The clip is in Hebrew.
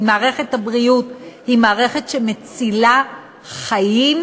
כי מערכת הבריאות היא מערכת שמצילה חיים,